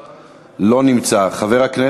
לא, לא, לא נמצא.